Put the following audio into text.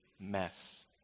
mess